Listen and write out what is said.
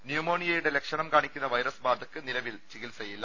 ന്യൂമോണിയയുടെ ലക്ഷണം കാണിക്കുന്ന വൈറസ് ബാധക്ക് നിലവിൽ ചികിത്സയില്ല